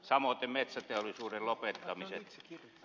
samoiten metsäteollisuuden lopettamiset